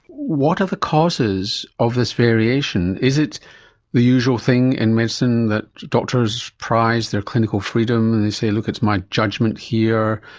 what are the causes of this variation? is it the usual thing in medicine that doctors prize their clinical freedom and they say, look, it's my judgement here',